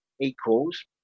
equals